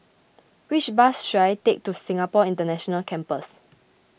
which bus should I take to Singapore International Campus